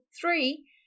three